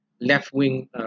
left-wing